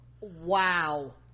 wow